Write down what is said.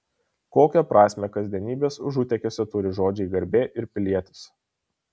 kokią prasmę kasdienybės užutėkiuose turi žodžiai garbė ir pilietis